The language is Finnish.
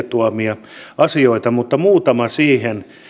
tuomia asioita mutta muutama huomio liittyen